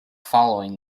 following